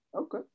Okay